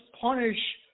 punish